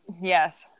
yes